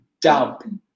dump